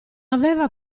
aveva